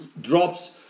drops